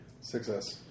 Success